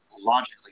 logically